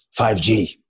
5g